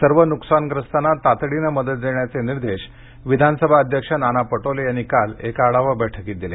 सर्व नुकसानग्रस्तांना तातडीने मदत देण्याचे निर्देश विधानसभा अध्यक्ष नाना पटोले यांनी काल एका आढावा बैठकीत दिले